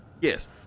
yes